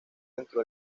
dentro